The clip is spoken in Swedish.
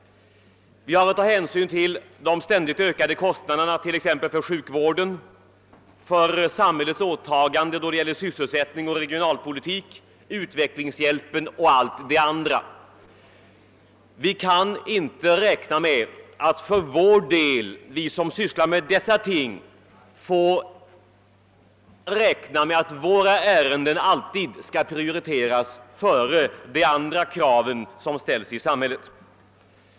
Vi måste ta hänsyn till de ständigt ökande kostnaderna t.ex. för sjukvården, för samhällets åtaganden då det gäller sysselsättning och regionalpolitik, för utvecklingshjälp etc. Vi som sysslar med utbildningsfrågor kan inte räkna med att våra ärenden alltid skall prioriteras före alla andra krav som ställs i samhället.